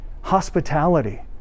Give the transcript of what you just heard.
hospitality